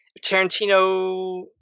Tarantino